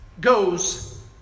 goes